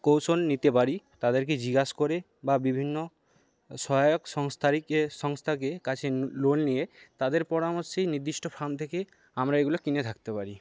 কৌশল নিতে পারি তাদেরকে জিগাস করে বা বিভিন্ন সহায়ক সংস্থাকে কাছে লোন নিয়ে তাদের পরামর্শেই নির্দিষ্ট ফার্ম থেকে আমরা এগুলো কিনে থাকতে পারি